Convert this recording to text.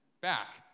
back